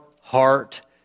heart